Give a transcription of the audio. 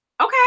Okay